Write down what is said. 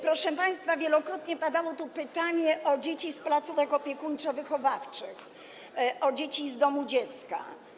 Proszę państwa, wielokrotnie padało tu pytanie o dzieci z placówek opiekuńczo-wychowawczych, o dzieci z domu dziecka.